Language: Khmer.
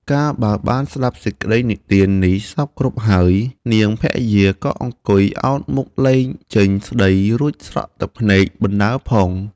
កាលបើបានស្តាប់សេចក្ដីនិទាននេះសព្វគ្រប់ហើយ នាងភរិយាក៏អង្គុយអោនមុខលែងចេញស្តី រួចស្រក់ទឹកភ្នែកបណ្តើរផង។